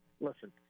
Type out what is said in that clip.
listen